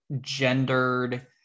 gendered